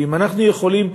ואם אנחנו יכולים,